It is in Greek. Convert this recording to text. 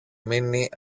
μείνει